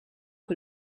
que